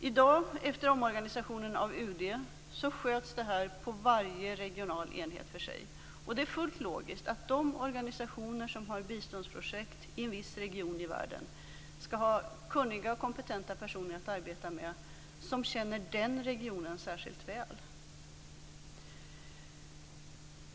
I dag, efter omorganisationen av UD, sköts detta på varje regional enhet för sig. Det är fullt logiskt att de organisationer som har biståndsprojekt i en viss region i världen skall ha kunniga och kompetenta personer att arbeta med och som känner den regionen särskilt väl.